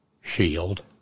shield